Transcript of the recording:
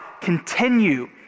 continue